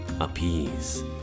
appease